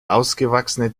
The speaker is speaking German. ausgewachsene